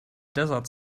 desert